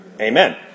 Amen